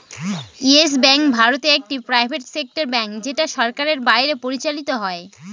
yes Bank ভারতে একটি private sector bank যেটা সরকারের বাইরে পরিচালত হয়